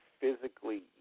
physically